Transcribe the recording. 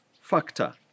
factor